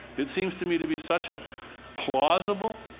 it seems to me to be such a plausible,